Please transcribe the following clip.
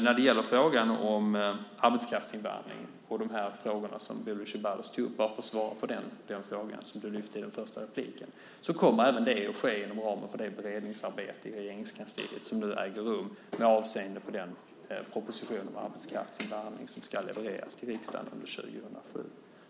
När det gäller frågan om arbetskraftsinvandring och den fråga som Bodil Ceballos tog upp i sin första replik så kommer även det att tas upp inom ramen för det beredningsarbete i Regeringskansliet som nu äger rum med avseende på den proposition om arbetskraftsinvandring som ska levereras till riksdagen under 2007.